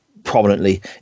Prominently